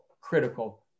critical